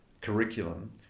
curriculum